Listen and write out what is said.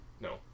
No